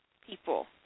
people